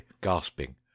gasping